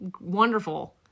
wonderful